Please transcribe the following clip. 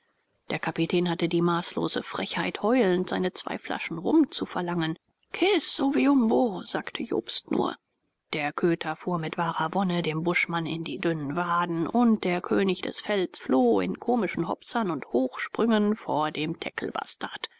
der kapitän hatte die maßlose frechheit heulend seine zwei flaschen rum zu verlangen kis oviumbo sagte jobst nur der köter fuhr mit wahrer wonne dem buschmann in die dünnen waden und der könig des velds floh in komischen hopsern und hochsprüngen vor dem